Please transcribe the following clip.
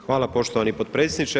Hvala poštovani potpredsjedniče.